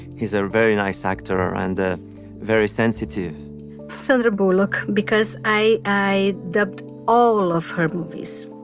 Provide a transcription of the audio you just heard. he's a very nice actor, um and very sensitive sandra bullock, because i i dubbed all of her movies,